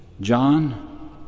John